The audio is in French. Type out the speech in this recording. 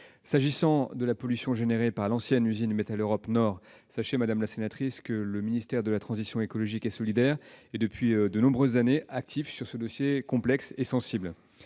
qui concerne la pollution causée par l'ancienne usine Metaleurop Nord, sachez que le ministère de la transition écologique et solidaire est, depuis de nombreuses années, actif sur ce dossier complexe et sensible.